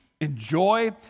enjoy